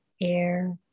air